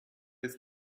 ist